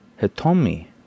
Hitomi